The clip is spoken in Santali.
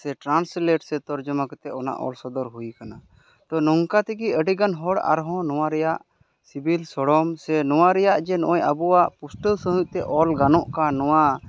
ᱥᱮ ᱴᱨᱟᱱᱥᱞᱮᱴ ᱥᱮ ᱛᱚᱨᱡᱚᱢᱟ ᱠᱟᱛᱮ ᱚᱱᱟ ᱚᱞ ᱥᱚᱫᱚᱨ ᱦᱩᱭ ᱟᱠᱟᱱᱟ ᱛᱚ ᱱᱚᱝᱠᱟ ᱛᱮᱜᱮ ᱟᱹᱰᱤ ᱜᱟᱱ ᱦᱚᱲ ᱟᱨᱦᱚᱸ ᱱᱚᱣᱟ ᱨᱮᱭᱟᱜ ᱥᱤᱵᱤᱞ ᱥᱚᱲᱚᱢ ᱥᱮ ᱱᱚᱣᱟ ᱨᱮᱭᱟᱜ ᱱᱚᱜᱼᱚᱭ ᱟᱵᱚᱣᱟᱜ ᱯᱩᱥᱴᱟᱹᱣ ᱥᱟᱹᱦᱤᱡ ᱛᱮ ᱚᱞ ᱜᱟᱱᱚᱜ ᱠᱟᱱ ᱱᱚᱣᱟ